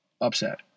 Upset